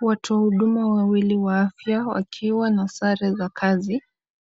Watoa huduma wawili wa afya, wakiwa na sare za kazi,